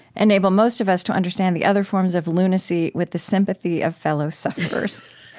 enable most of us to understand the other forms of lunacy with the sympathy of fellow-sufferers.